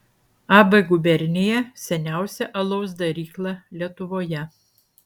ab gubernija seniausia alaus darykla lietuvoje